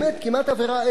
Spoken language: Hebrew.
כמעט עבירה אתית,